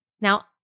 Now